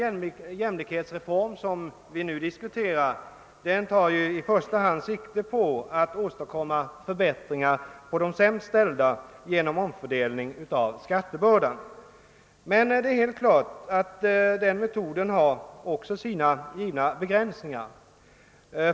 Den jämlikhetsreform vi nu behandlar tar ju i första hand sikte på att åstadkomma förbättringar för de sämst ställda genom omfördelning av skattebördan. Det står emellertid helt klart att den metoden har sina begränsningar.